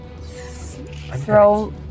throw